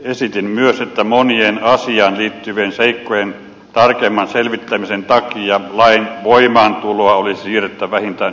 esitin myös että monien asiaan liittyvien seikkojen tarkemman selvittämisen takia lain voimaantuloa olisi siirrettävä vähintään yhdellä vuodella